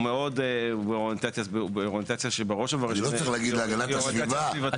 הוא באוריינטציה שהיא בראש ובראשונה אוריינטציה סביבתית.